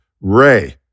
Ray